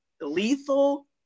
lethal